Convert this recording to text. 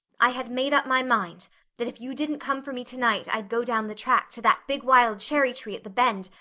i had made up my mind that if you didn't come for me to-night i'd go down the track to that big wild cherry-tree at the bend,